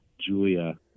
Julia